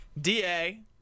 DA